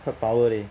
quite power leh